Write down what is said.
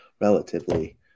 relatively